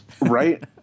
right